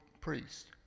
priest